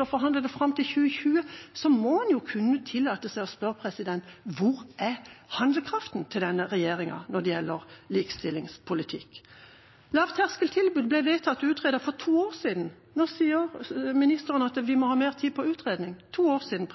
og forhandle om det fram til 2020, må en kunne tillate seg å spørre: Hvor er handlekraften til regjeringen når det gjelder likestillingspolitikk? Lavterskeltilbud ble vedtatt utredet for to år siden – nå sier ministeren at vi må ha mer tid til utredning – to år siden.